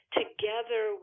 together